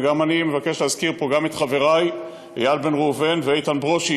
ואני מבקש להזכיר פה גם את חברי איל בן ראובן ואת איתן ברושי,